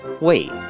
Wait